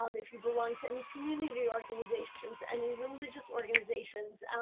um if you belong to any community organizations, any religious organizations,